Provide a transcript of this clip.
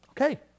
Okay